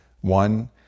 one